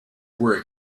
were